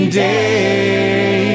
day